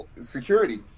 security